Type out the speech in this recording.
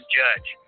judge